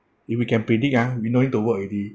if we can predict ah we no need to work already